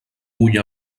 bull